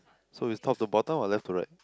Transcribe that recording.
so is top to bottom or left to right